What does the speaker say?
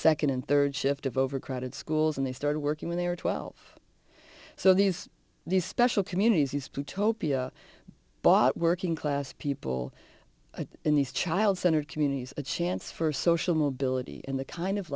second and third shift of overcrowded schools and they started working when they were twelve so these these special communities these two topia bought working class people in these child centered communities a chance for social mobility and the kind of